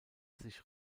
sich